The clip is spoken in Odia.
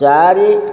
ଚାରି